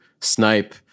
snipe